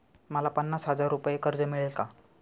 मला पन्नास हजार रुपये कर्ज मिळेल का?